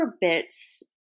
bits